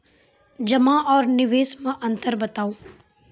जमा आर निवेश मे अन्तर बताऊ?